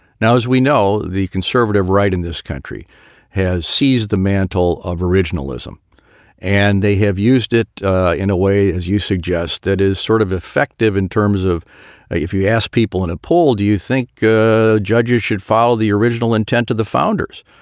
now, as we know, the conservative right in this country has seized the mantle of originalism and they have used it in a way, as you suggest, that is sort of effective in terms of if you ask people in a poll, do you think judges should follow the original intent of the founders?